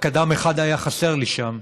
רק אדם אחד היה חסר לי שם,